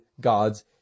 God's